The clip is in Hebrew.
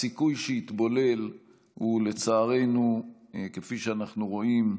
הסיכוי שיתבולל הוא, לצערנו, כפי שאנחנו רואים,